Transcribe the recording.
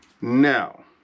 Now